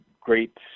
great